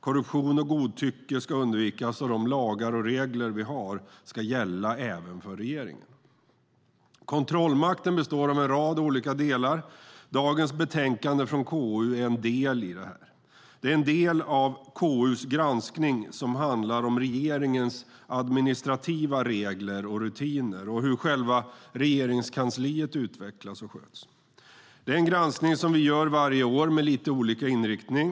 Korruption och godtycke ska undvikas, och de lagar och regler vi har ska gälla även för regeringen. Kontrollmakten består av en rad olika delar. Dagens betänkande från KU är en del i detta. Det är den del av KU:s granskning som handlar om regeringens administrativa regler och rutiner och hur själva regeringskansliet utvecklas och sköts. Det är en granskning som vi gör varje år med lite olika inriktning.